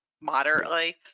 moderately